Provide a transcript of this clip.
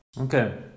Okay